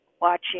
watching